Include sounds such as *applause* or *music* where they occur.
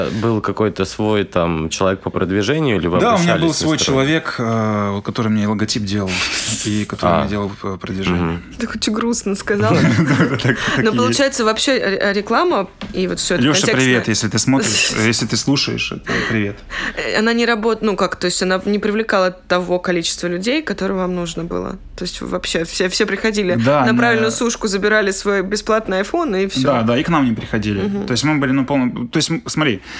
Был какой-то свой, там, человек по продвижению, или вы Да, у меня обращались был на свой стороне? человек, э, вот который мне логотип делал, и который мне А. делал п- продвижение. Мгм. Так очень грустно сказала. *laughs* Да, да, так- Но так и есть. получается, вообще, э, э, реклама и вот всё это Лёша, контекстное- привет, если ты смотришь, *laughs* э, если ты слушаешь это, привет. Э, она не работ- ну, как, то есть она не привлекала того количества людей, которое вам нужно было. То есть вообще все- все приходили Да, на правильную она- сушку, забирали свой бесплатный iPhone, и всё. Да, да, и к нам не приходили. Мгм. То есть мы были, ну, полно- то есть, м, смотри,